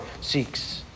seeks